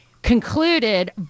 concluded